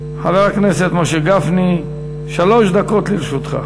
חבר הכנסת משה גפני, שלוש דקות לרשותך.